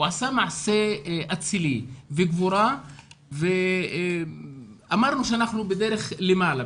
הוא עשה מעשה אצילי וגבורה ואמרנו שאנחנו בדרך למעלה,